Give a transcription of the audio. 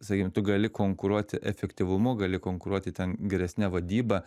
sakykim tu gali konkuruoti efektyvumu gali konkuruoti ten geresne vadyba